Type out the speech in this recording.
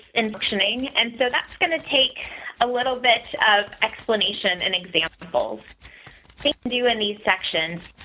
in positioning. and so that's gonna take a little bit of explanation and examples. they do in these sections